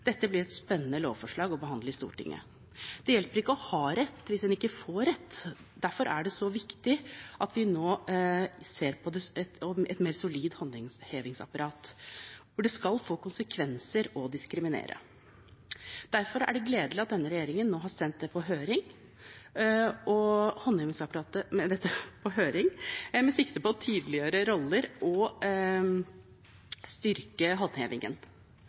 Dette blir et spennende lovforslag å behandle i Stortinget. Det hjelper ikke å ha rett, hvis en ikke får rett. Derfor er det så viktig at vi nå ser på om vi kan få et mer solid håndhevingsapparat, for det skal få konsekvenser å diskriminere. Derfor er det gledelig at denne regjeringen nå har sendt på høring et forslag om endringer i håndhevingsapparatet, med sikte på å tydeliggjøre roller og styrke